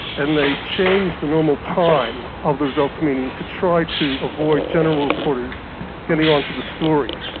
and they changed the normal time of the results meeting to try to avoid general reporters getting on to the story.